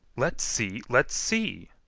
let's see, let's see!